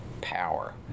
power